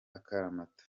akaramata